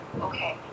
okay